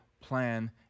plan